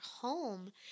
home